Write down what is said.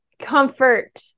comfort